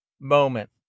moment